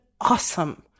awesome